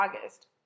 August